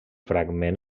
fragment